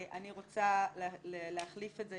אני רוצה להחליף את זה.